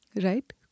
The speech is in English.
right